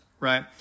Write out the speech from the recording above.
Right